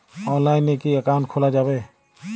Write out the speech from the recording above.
অনলাইনে কি অ্যাকাউন্ট খোলা যাবে?